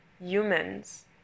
Humans